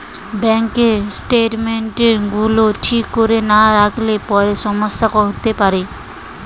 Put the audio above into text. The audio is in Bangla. ব্যাঙ্কের স্টেটমেন্টস গুলো ঠিক করে না রাখলে পরে সমস্যা হতে পারে